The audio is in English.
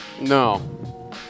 No